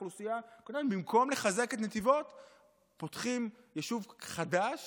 במקום לחזק את נתיבות מקימים יישוב חדש